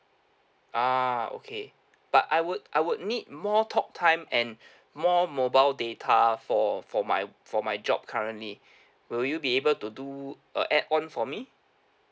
ah okay but I would I would need more talk time and more mobile data for for my for my job currently will you be able to do a add-on for me